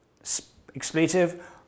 expletive